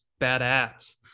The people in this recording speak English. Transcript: badass